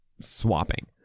swapping